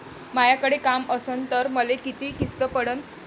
मायाकडे काम असन तर मले किती किस्त पडन?